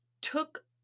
took